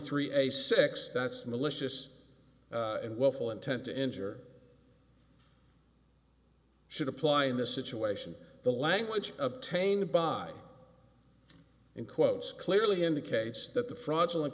three a six that's malicious and willful intent to injure should apply in this situation the language obtained by in quotes clearly indicates that the fraudulent